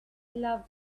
love